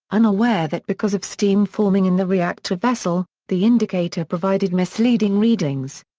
unaware that because of steam forming in the reactor vessel, the indicator provided misleading readings.